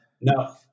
No